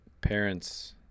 parents